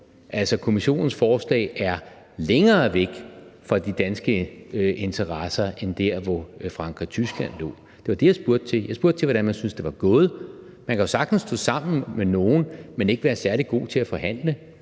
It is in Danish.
godt: Kommissionens forslag er længere væk fra de danske interesser end der, hvor Frankrig-Tyskland lå. Det var det, jeg spurgte til; jeg spurgte til, hvordan man synes det var gået. Man kan jo sagtens stå sammen med nogle, men ikke være særlig god til at forhandle